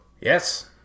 Yes